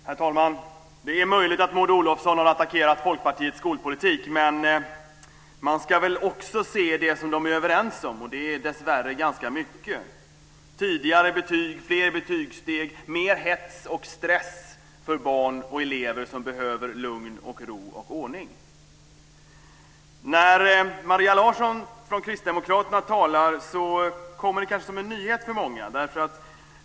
Herr talman! Det är möjligt att Maud Olofsson har attackerat Folkpartiets skolpolitik. Men man ska väl också se det som de är överens om, och det är dessvärre ganska mycket - tidigare betyg, fler betygssteg, mer hets och stress för barn och elever som behöver lugn och ro och ordning. Det Maria Larsson från Kristdemokraterna säger kommer kanske som en nyhet för många.